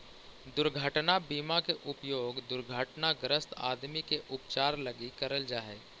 दुर्घटना बीमा के उपयोग दुर्घटनाग्रस्त आदमी के उपचार लगी करल जा हई